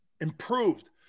improved